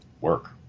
work